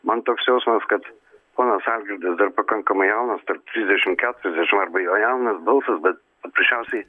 man toks jausmas kad ponas algirdas dar pakankamai jaunas tarp trisdešimt keturiasdešimt arba jo jaunas balsas bet paprasčiausiai